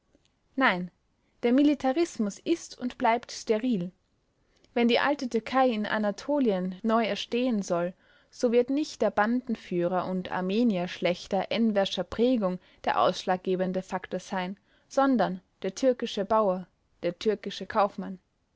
nein der militarismus ist und bleibt steril wenn die alte türkei in anatolien neu erstehen soll so wird nicht der bandenführer und armenierschlächter enverscher prägung der ausschlaggebende faktor sein sondern der türkische bauer der türkische kaufmann